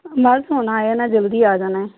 ਬਸ ਹੁਣ ਆ ਜਾਣਾ ਜਲਦੀ ਆ ਜਾਣਾ